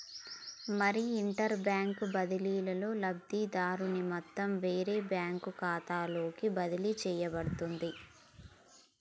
మరి inter bank బదిలీలో లబ్ధిదారుని మొత్తం వేరే బ్యాంకు ఖాతాలోకి బదిలీ చేయబడుతుంది